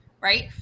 right